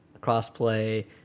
cross-play